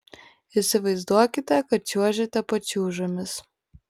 įsivaizduokite kad čiuožiate pačiūžomis